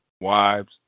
wives